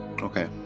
Okay